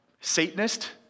Satanist